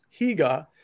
Higa